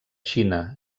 xina